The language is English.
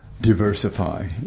diversify